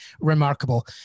remarkable